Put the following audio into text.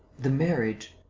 the marriage.